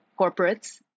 corporates